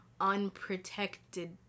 unprotected